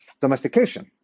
domestication